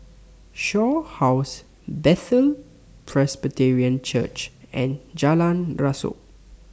Shaw House Bethel Presbyterian Church and Jalan Rasok